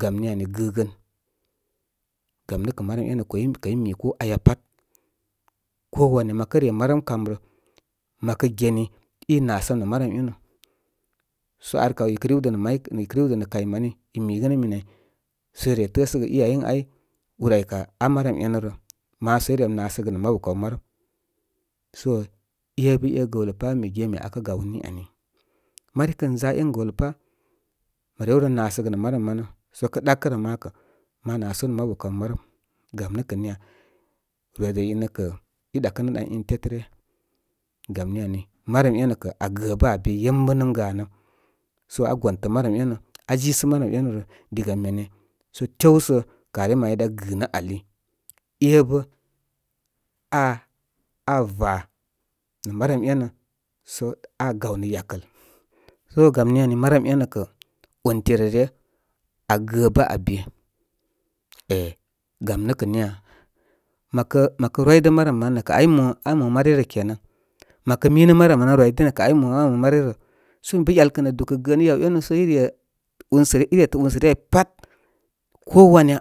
Gam ni ani gəgən. Gam nə kə marəm énə koi, kəy mi ko aya pat. Ko wanya ma kə re marəm kamrə, ma kə geni, inasəm nə ma rəm inə. So ar kaw i kə rwidə nə may i kə rwidə nə kay mani i migənə min áy sə ire təəsəgə i ay ən áy úr aykə aa marəm énərə. Maasə irem nasəgə nə makaw marəm. So ébə é gawlə pá mi gemin akə gaw niani. mari kən za én gəwləpá mə rew ren nasəgə nə marəm manə, sə kə ɗakə rə ma, má nasu nə mabu kaw marəm gam nə kə niya. wide ine kə i ɗakə nə ɗan in təə ryə. Gamni ani marəm énə kə aa gəbə aa bé. yembənəm ganəm. So aa gontə marəm énə. Aá zɨsə marəm énə rə. Diga mene sə tew sə kari maya dá gɨnə ali, ébə aa-aa va nə marəm énə. So aa gaw nə yakəl so gam ni ani marəm énə kə onti rə ryə, aa gə bə abe. É gam nə kə niya? Məkə makə rwidə marəm manə rə kə ay mo aa mo mari rə kenan məkə minə marəm manə rwidini, rə kə áy mo aa mo mari rə. So mi bə ‘yal kə nə dúkə gəənə, yaw énu sə ire unsə ire tə unsə ryə áy pat ko wanga.